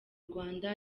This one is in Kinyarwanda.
rwanda